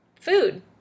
food